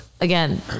again